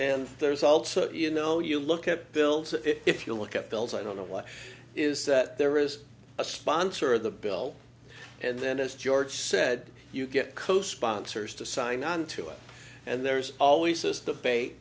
and there's also you know you look at bills if you look at bills i don't know what is that there is a sponsor of the bill and then as george said you get co sponsors to sign on to it and there's always this debate